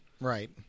Right